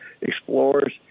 Explorers